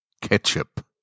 Ketchup